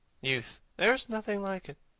youth! there is nothing like it.